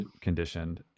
conditioned